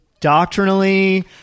Doctrinally